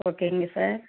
ஓகேங்க சார்